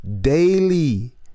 daily